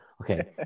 Okay